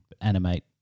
Animate